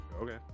Okay